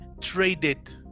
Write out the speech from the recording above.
traded